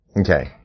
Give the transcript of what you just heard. okay